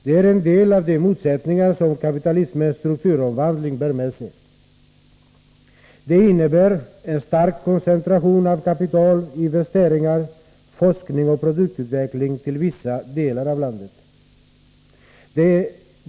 Den är en del av de motsättningar som kapitalis mens strukturomvandling bär med sig. Denna innebär en stark koncentration av kapital, investeringar, forskning och produktutveckling till vissa delar av landet.